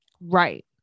Right